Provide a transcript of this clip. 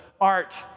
art